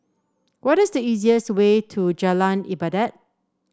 what is the easiest way to Jalan Ibadat